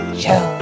show